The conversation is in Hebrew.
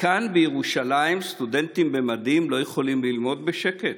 וכאן בירושלים סטודנטים במדים לא יכולים ללמוד בשקט.